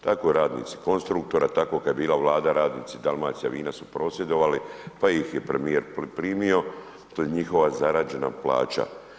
Tako radnici Konstruktora, tako kad je bila Vlada radnici Dalmacijavina su prosvjedovali, pa ih je premijer primio, to je njihova zarađena plaća.